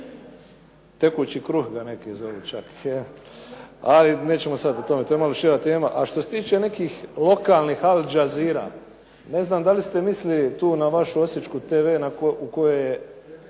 tekući kruh ga neki zovu. Ali nećemo sada o tome, to je malo šira tema. A što se tiče nekih lokalnih Al Jazeera, ne znam da li ste mislili na vašu osječku TV koja